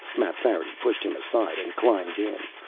mapfarity pushed him aside and climbed in.